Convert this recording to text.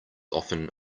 often